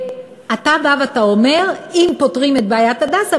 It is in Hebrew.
אתה בא ואומר: אם פותרים את בעיית "הדסה",